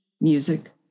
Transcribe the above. music